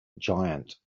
giant